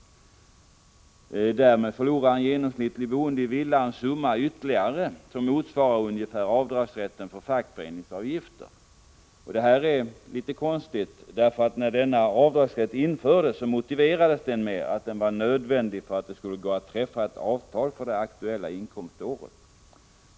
Därmed förlorar en genomsnittlig boende i villa ytterligare en summa som motsvarar ungefär avdragsrätten för fackföreningsavgifter. Det här är litet konstigt, ty när denna avdragsrätt infördes motiverades den med att den var nödvändig för att det skulle gå att träffa ett avtal för det aktuella inkomståret.